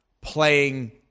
playing